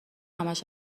همش